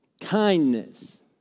kindness